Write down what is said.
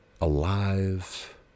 alive